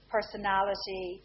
personality